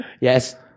Yes